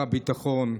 הביטחון,